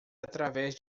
através